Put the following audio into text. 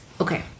okay